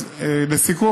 לסיכום,